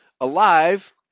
alive